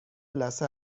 لثه